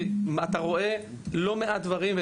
שאתה רואה לא מעט דברים,